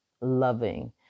loving